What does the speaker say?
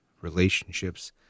relationships